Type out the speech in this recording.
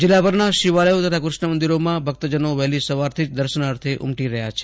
જિલ્લાભરના શિવાલયો તથા કૃષ્ણ મંદરોમાં ભક્તજનો વહેલી સવારથી જ દર્શનાર્થે ઉમટી રહ્યા છે